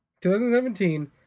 2017